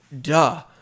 duh